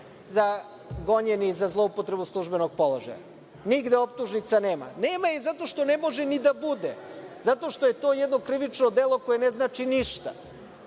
su gonjeni za zloupotrebu službenog položaja. Nigde optužnica nema. Nema ih zato što ne može ni da bude. Zato što je to jedno krivično delo koje ne znači ništa.